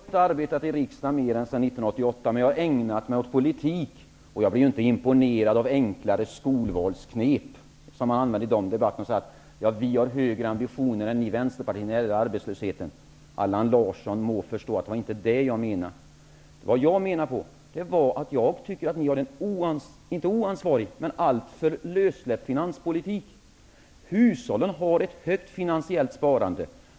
Herr talman! Jag har arbetat i riksdagen bara sedan 1988, men jag har länge ägnat mig åt politik, och jag blir inte imponerad av enkla skolvalsknep som att säga att vi socialdemokrater har högre ambitioner än ni i Vänsterpartiet när det gäller arbetslösheten. Allan Larsson må förstå att det inte var det jag menade. Jag tycker att ni för en inte oansvarig men alltför lössläppt finanspolitik. Hushållen har ett högt finansiellt sparande.